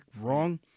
wrong